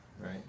right